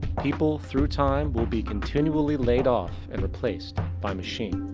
people through time will be continually layed off and replaced by machine.